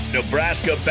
Nebraska